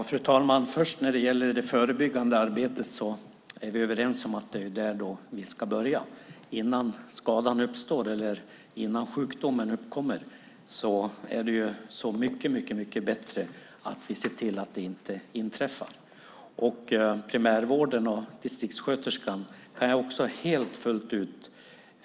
Fru talman! Vi är överens om att börja med det förebyggande arbetet innan skadan uppstår eller sjukdomen uppkommer. Det är så mycket bättre att se till att de inte inträffar.